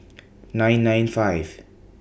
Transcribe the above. nine nine five